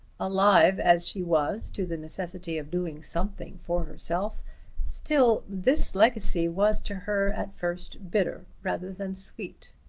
alive as she was to the necessity of doing something for herself still this legacy was to her at first bitter rather than sweet.